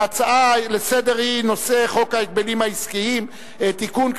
וההצעה לסדר-היום היא בנושא חוק ההגבלים העסקיים (תיקון,